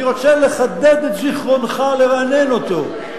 אני רוצה לחדד את זיכרונך, לרענן אותו,